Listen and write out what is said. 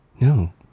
No